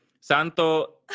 Santo